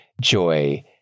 joy